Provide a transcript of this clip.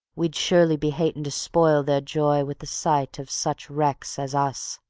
we'd surely be hatin' to spoil their joy with the sight of such wrecks as us.